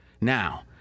Now